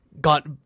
got